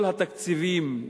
כל התקציבים,